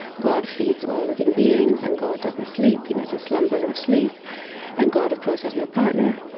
god feeds all living beings and god doesn't sleep. he doesn't slumber nor sleep and god, of course, has no partner.